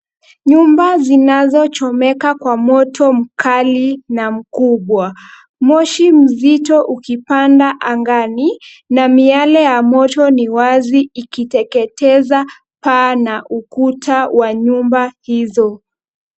Nyumba zinazochomeka kwa moto mkali na mkubwa. Moshi mzito ukipanda angani, na miale ya moto ni wazi ikiteketeza paa na ukuta wa nyumba hizo.